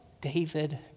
David